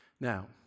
Now